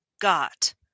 got